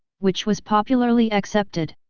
which was popularly accepted.